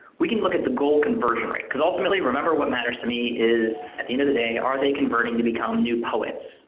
we can look at the goal conversion rate because ultimately, remember what matters to me is at the end of the day are they converting to become new poets?